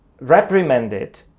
reprimanded